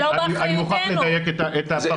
אני מוכרח לדייק את הפרשנות שלך.